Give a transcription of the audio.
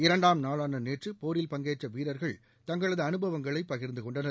இரண்டாம் நாளான நேற்று போரில் பங்கேற்ற வீரர்கள் தங்களது அனுபவங்களை பகிர்ந்து கொண்டனர்